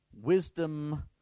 wisdom